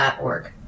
org